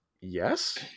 Yes